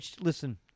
listen